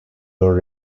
were